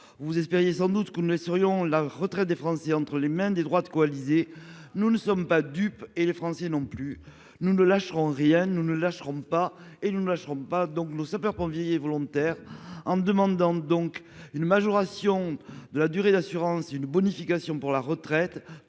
Vous espériez sans doute que nous laisserions la retraite des Français entre les mains des droites coalisées. Nous ne sommes pas dupes, les Français non plus : nous ne lâcherons rien, nous ne lâcherons pas. Et nous ne lâcherons pas, en l'espèce, nos sapeurs-pompiers volontaires. Nous demandons donc une majoration de leur durée de cotisation une bonification de trois